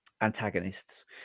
antagonists